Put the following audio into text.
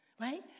right